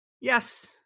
yes